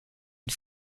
une